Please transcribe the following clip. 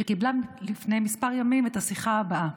שקיבלה לפני כמה ימים את השיחה הבאה: